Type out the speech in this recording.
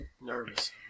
Nervous